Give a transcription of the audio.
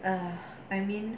err I mean